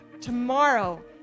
tomorrow